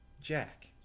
Jack